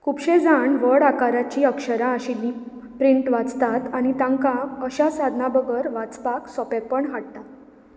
खुबशे जाण व्हड आकाराचीं अक्षरां आशिल्ली प्रिंट वाचतात आनी तांकां अशा साधनां बगर वाचपाक सोंपेपण हाडटा